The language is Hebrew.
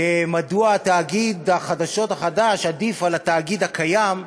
מדוע תאגיד החדשות החדש עדיף על התאגיד הקיים,